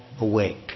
awake